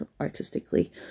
artistically